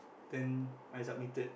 then I submitted